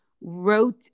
wrote